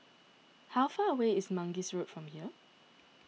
how far away is Mangis Road from here